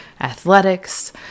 athletics